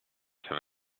have